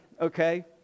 okay